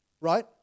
right